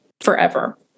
forever